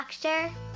Doctor